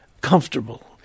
comfortable